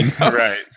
Right